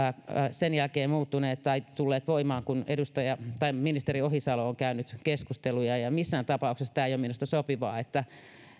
sen jälkeen muuttuneet tai tulleet voimaan kun ministeri ohisalo on käynyt keskusteluja minusta missään tapauksessa ei ole sopivaa